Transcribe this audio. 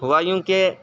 ہوا یوں کہ